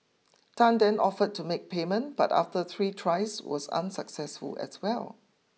Tan then offered to make payment but after three tries was unsuccessful as well